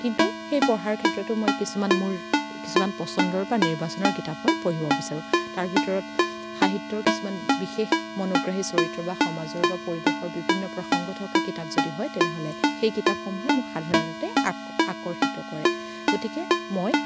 কিন্তু সেই পঢ়াৰ ক্ষেত্ৰতো মই কিছুমান মোৰ কিছুমান পচন্দৰ বা নিৰ্বাচনৰ কিতাপ মই পঢ়িব বিচাৰোঁ তাৰ ভিতৰত সাহিত্যৰ কিছুমান বিশেষ মনোগ্ৰাহী চৰিত্ৰ বা সমাজৰ বা পৰিৱেশৰ বিভিন্ন প্ৰসংগ থকা কিতাপ যদি হয় তেনেহ'লে সেই কিতাপসমূহে মোক সাধাৰণতে আক আকৰ্ষিত কৰে গতিকে মই